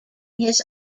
his